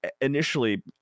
initially